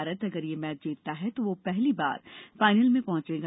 भारत अगर यह मैच जीतता है तो वह पहली बार फाइनल में पहंचेगा